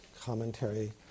commentary